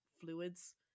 fluids